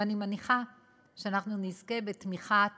ואני מניחה שאנחנו נזכה בתמיכת